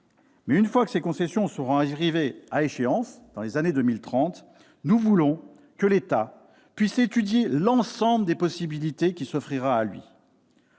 mais une fois que ces concessions seront arrivées à échéance, dans les années 2030, nous voulons que l'État puisse étudier l'ensemble des possibilités qui s'offriront alors